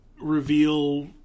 reveal